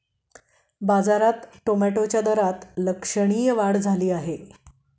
बाजारात टोमॅटोच्या दरात लक्षणीय वाढ झाली आहे